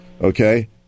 okay